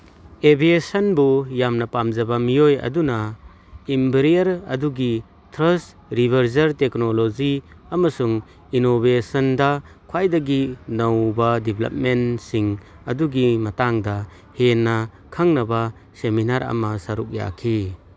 ꯑꯦꯚꯤꯌꯦꯁꯟꯕꯨ ꯌꯥꯝꯅ ꯄꯥꯝꯖꯕ ꯃꯤꯑꯣꯏ ꯑꯗꯨꯅ ꯏꯝꯕ꯭ꯔꯦꯌꯔ ꯑꯗꯨꯒꯤ ꯊ꯭ꯔꯁ ꯔꯤꯚꯖꯔ ꯇꯦꯀꯅꯣꯂꯣꯖꯤ ꯑꯃꯁꯨꯡ ꯏꯅꯣꯚꯤꯌꯦꯁꯟꯗ ꯈ꯭ꯋꯥꯏꯗꯒꯤ ꯅꯧꯕ ꯗꯤꯕ꯭ꯂꯞꯃꯦꯟꯁꯤꯡ ꯑꯗꯨꯒꯤ ꯃꯇꯥꯡꯗ ꯍꯦꯟꯅ ꯈꯪꯅꯕ ꯁꯦꯃꯤꯅꯥꯔ ꯑꯃ ꯁꯔꯨꯛ ꯌꯥꯈꯤ